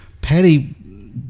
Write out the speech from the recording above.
Patty